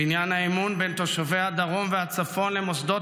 בניין האמון בין תושבי הדרום הצפון למוסדות